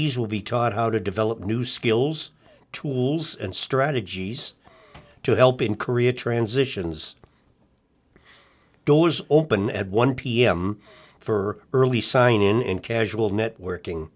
will be taught how to develop new skills tools and strategies to help in korea transitions doors open at one pm for early sign in casual networking